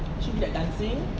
she'll be dancing